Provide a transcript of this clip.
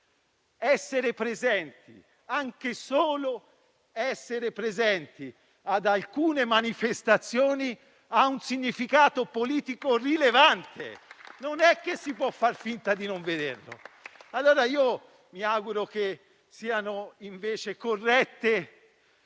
Badate bene, anche solo essere presenti ad alcune manifestazioni ha un significato politico rilevante, non si può far finta di non vederlo. Mi auguro siano invece corrette